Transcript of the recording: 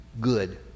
Good